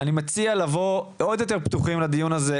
מציע לבוא עוד יותר פתוחים לדיון הזה,